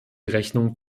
rechnung